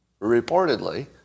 reportedly